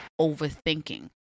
overthinking